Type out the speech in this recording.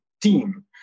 team